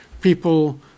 people